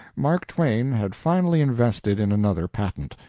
mark twain had finally invested in another patent,